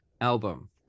album